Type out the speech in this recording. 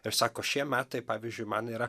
ir sako šie metai pavyzdžiui man yra